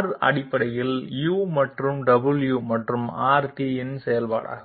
R அடிப்படையில் u மற்றும் w மற்றும் Rt இன் செயல்பாடாகும்